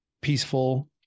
peaceful